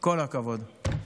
כל הכבוד.